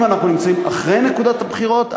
אם אנחנו נמצאים אחרי נקודת הבחירות,